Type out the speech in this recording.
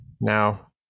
now